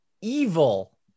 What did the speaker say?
evil